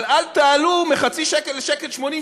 אבל אל תעלו מחצי שקל ל-1.80,